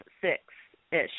six-ish